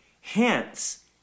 Hence